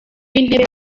w’intebe